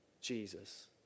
Jesus